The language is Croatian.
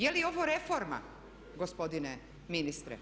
Je li ovo reforma gospodine ministre?